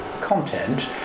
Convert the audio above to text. content